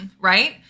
Right